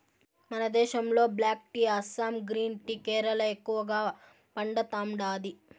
మన దేశంలో black tea Assam green tea Kerala ఎక్కువగా పండతాండాది